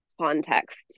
context